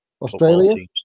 Australia